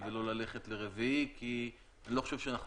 במקרה הזה, כמו שאמר